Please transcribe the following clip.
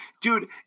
dude